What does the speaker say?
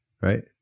right